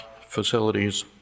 facilities